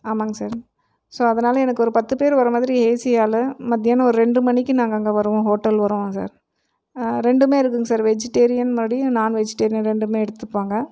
ஆமாங்க sir so அதனால் எனக்கு ஒரு பத்து பேர் வர மாதிரி ஏசி ஹாலு மத்தியானம் ஒரு ரெண்டு மணிக்கு நாங்கள் அங்கே வருவோம் ஹோட்டல் வருவோம் சார் ரெண்டுமே இருக்குங்களா சார் வெஜிடேரியனோடையும் நான் வெஜிடேரியன் ரெண்டுமே எடுத்துப்பாங்க